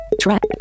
Track